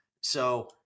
So-